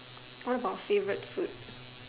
what about favourite food